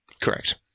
Correct